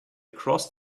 crossed